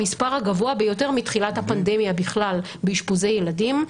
המספר הגבוה ביותר מתחילת הפנדמיה בכלל באשפוזי ילדים.